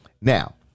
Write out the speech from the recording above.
Now